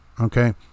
Okay